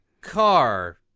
car